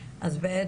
אם כך,